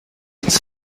its